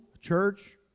church